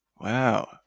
Wow